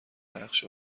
نقش